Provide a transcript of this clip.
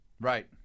Right